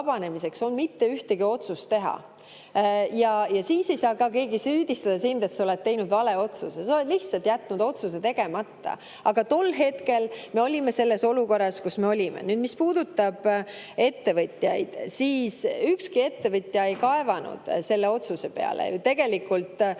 on mitte ühtegi otsust teha. Siis ei saa keegi süüdistada sind, et sa oled teinud vale otsuse. Sa oled lihtsalt jätnud otsuse tegemata. Aga tol hetkel me olime selles olukorras, kus me olime. Nüüd, mis puudutab ettevõtjaid, siis ükski ettevõtja ei kaevanud selle otsuse peale. Tegelikult